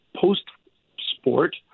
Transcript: post-sport